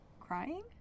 crying